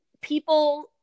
People